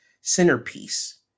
centerpiece